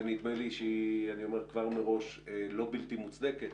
ונדמה לי שהיא ואני אומר כבר שמראש לא בלתי מוצדקת,